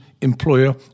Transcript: employer